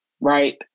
right